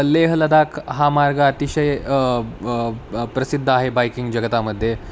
लेह लडाख हा मार्ग अतिशय प्रसिद्ध आहे बाइकिंग जगतामध्ये